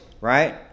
right